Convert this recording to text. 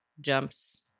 jumps